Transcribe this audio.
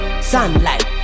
Sunlight